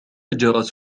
جرس